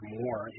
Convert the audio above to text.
more